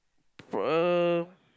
for uh